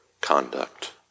conduct